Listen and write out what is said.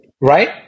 Right